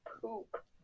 poop